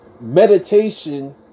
meditation